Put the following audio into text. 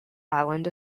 island